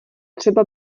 třeba